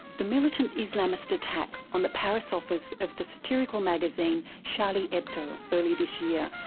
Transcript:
the militant islamist attack on the paris office of the satirical magazine charlie hebdo early this year,